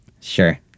Sure